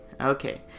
Okay